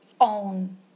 own